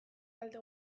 kalte